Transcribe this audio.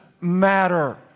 matter